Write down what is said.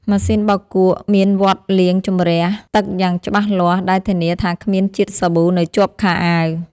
ម៉ាស៊ីនបោកគក់មានវដ្តលាងជម្រះទឹកយ៉ាងច្បាស់លាស់ដែលធានាថាគ្មានជាតិសាប៊ូនៅជាប់ខោអាវ។